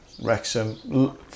Wrexham